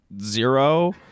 zero